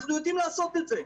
אנחנו יודעים לעשות את זה.